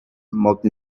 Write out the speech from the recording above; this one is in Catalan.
molt